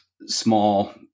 small